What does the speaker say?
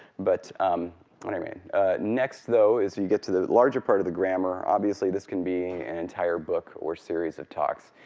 but i mean next though is you get to the larger part of the grammar. obviously this can be an entire book or series of talks,